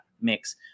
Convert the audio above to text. mix